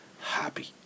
Happy